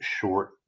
short